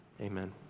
amen